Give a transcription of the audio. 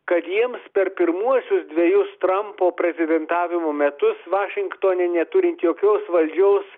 kad jiems per pirmuosius dvejus trampo prezidentavimo metus vašingtone neturint jokios valdžios